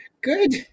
Good